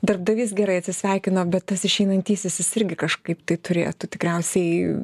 darbdavys gerai atsisveikina bet tas išeinantysis irgi kažkaip tai turėtų tikriausiai